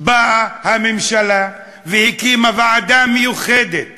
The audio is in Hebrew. באה הממשלה והקימה ועדה מיוחדת